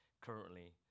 currently